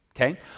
Okay